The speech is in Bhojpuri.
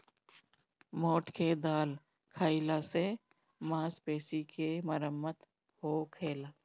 मोठ के दाल खाईला से मांसपेशी के मरम्मत होखेला